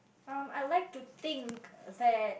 um I would like to think that